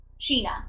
Sheena